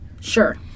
Sure